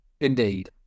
Indeed